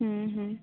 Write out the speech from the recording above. ହୁଁ ହୁଁ